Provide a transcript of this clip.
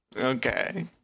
Okay